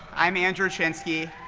i'm andrew chinsky,